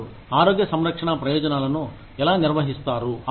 మీరు ఆరోగ్య సంరక్షణ ప్రయోజనాలను ఎలా నిర్వహిస్తారు